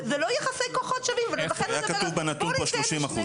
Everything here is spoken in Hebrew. זה לא יחסי כוחות שווים ולכן זה --- היה כתוב בנתון פה 30%,